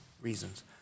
reasons